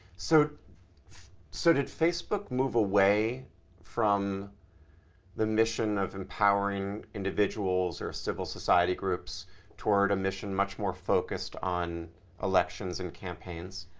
so so did facebook move away from the mission of empowering individuals or civil society groups toward a mission much more focused on elections and campaigns?